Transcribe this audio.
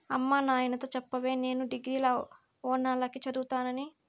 అమ్మ నాయనతో చెప్పవే నేను డిగ్రీల ఓనాల కి చదువుతానని